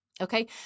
Okay